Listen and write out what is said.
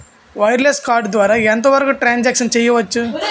Wireless card ద్వారా ఎంత వరకు ట్రాన్ సాంక్షన్ చేయవచ్చు?